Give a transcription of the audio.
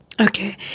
Okay